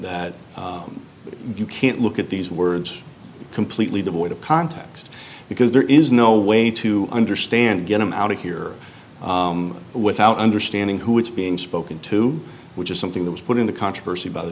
that you can't look at these words completely devoid of context because there is no way to understand get them out of here without understanding who is being spoken to which is something that was put in the controversy by the